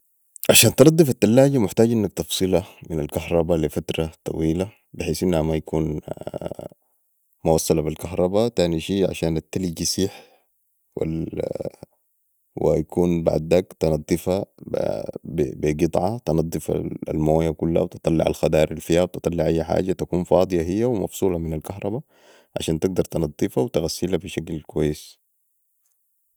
عشان تنصف التلاجه محتاج انك تفصلا من الكهرباء لي فترة طويلة بحيث إنها ما يكون موصلا بي الكهرباء تاني شي عشان التلج يسيح ويكون بعداك تنضفا بي قطعة تنضف المويه كلها وتطلع الخضار الفيها وتطلع أي حاجه تكون فاضيه هي ومفصولا من الكهرباء عشان تقدر تنضفا وتغسلا بي شكل كويس